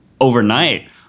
overnight